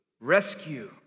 rescue